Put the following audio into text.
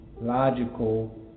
logical